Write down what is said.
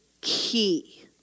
key